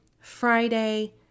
Friday